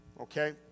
Okay